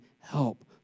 help